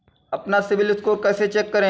अपना CIBIL score कैसे check करें?